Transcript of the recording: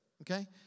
okay